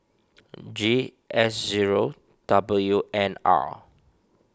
G S zero W N R